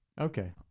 Okay